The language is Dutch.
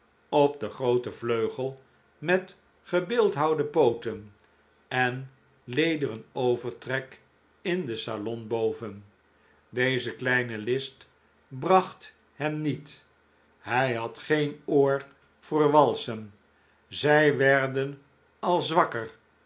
op den grooten vleugel met gebeeldhouwde pooten en lederen overtrek in het salon boven deze kleine list bracht hem niet hij had geen oor voor walsen zij werden al zwakker